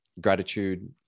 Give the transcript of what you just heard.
gratitude